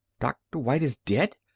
doctor white is dead!